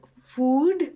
food